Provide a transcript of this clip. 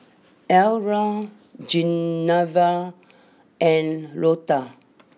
Elmyra Genevra and Loda